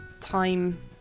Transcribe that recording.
time